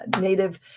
native